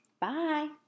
Bye